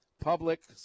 public